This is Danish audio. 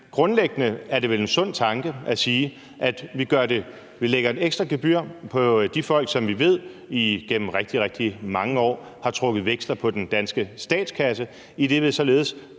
grundlæggende er det vel en sund tanke, at vi lægger et ekstra gebyr på de folk, som vi ved igennem rigtig, rigtig mange år har trukket veksler på den danske statskasse, idet vi således